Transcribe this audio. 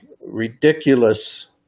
ridiculous